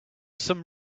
some